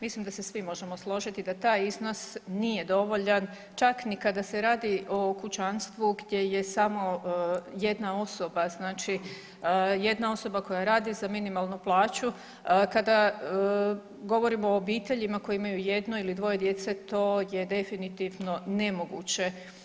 Mislim da se svi možemo složiti da taj iznos nije dovoljan, čak ni kada se radi o kućanstvu gdje je samo jedna osoba znači jedna osoba koja radi za minimalnu plaću kada govorimo o obiteljima koji imaju jedno ili dvoje djece to je definitivno nemoguće.